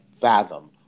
fathom